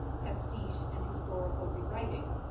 pastiche and historical re-writing.